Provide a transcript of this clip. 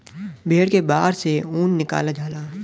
भेड़ के बार से ऊन निकालल जाला